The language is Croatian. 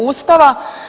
Ustava.